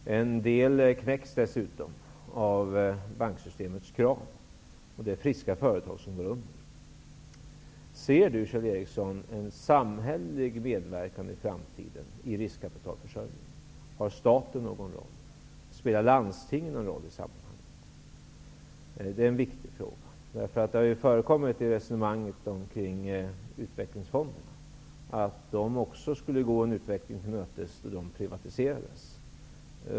En del knäcks dessutom av bankssystemets krav och det är också friska företag som går under. Ser Kjell Ericsson någon samhällelig medverkan i riskkapitalförsörjningen i framtiden? Har staten eller landstingen någon roll i sammanhanget? Detta är en viktig fråga, därför att det har förekommit resonemang om att utvecklingsfonderna också skulle gå en utveckling mot privatisering till mötes.